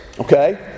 Okay